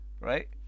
Right